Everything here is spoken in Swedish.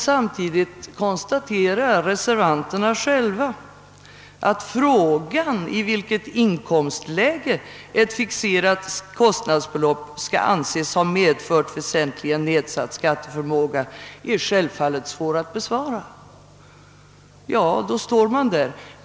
Samtidigt konstaterar emellertid reservanterna själva, att frågan i vilket inkomstläge ett fixerat kostnadsbelopp skall anses ha medfört väsentligen nedsatt skatteförmåga självfallet är svår att besvara. Ja, då står man där.